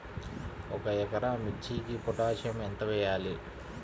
ఒక ఎకరా మిర్చీకి పొటాషియం ఎంత వెయ్యాలి?